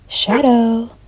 Shadow